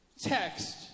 text